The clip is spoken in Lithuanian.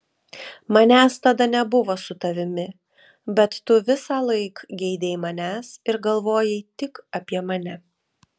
manęs tada nebuvo su tavimi bet tu visąlaik geidei manęs ir galvojai tik apie mane